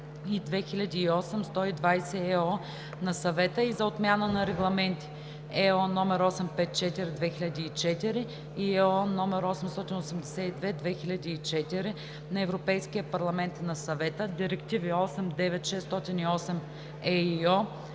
и 2008/120/ЕО на Съвета, и за отмяна на регламенти (ЕО) № 854/2004 и (ЕО) № 882/2004 на Европейския парламент и на Съвета, директиви 89/608/ЕИО,